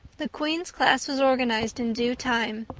the queen's class was organized in due time.